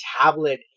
tablet